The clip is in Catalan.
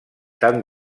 tant